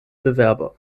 bewerber